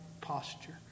posture